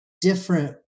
different